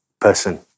person